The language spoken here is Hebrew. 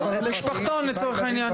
למשפחתון, לצורך העניין.